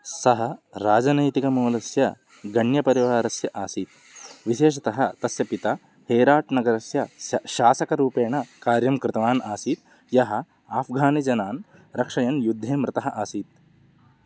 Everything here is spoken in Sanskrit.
सः राजनैतिकमूलस्य गण्यपरिवारस्य आसीत् विशेषतः तस्य पिता हेराट् नगरस्य सः शासकरूपेण कार्यं कृतवान् आसीत् यः अफ़्घानिजनान् रक्षयन् युद्धे मृतः आसीत्